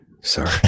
Sorry